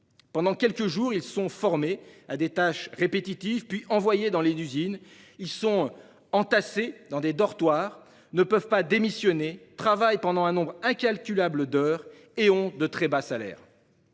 Pendant quelques jours, ils sont formés à des tâches répétitives, puis ils sont envoyés dans les usines. Ils sont entassés dans des dortoirs, ne peuvent pas démissionner, travaillent pendant un nombre incalculable d'heures en contrepartie de très bas salaires.